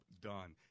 done